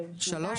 של שנתיים,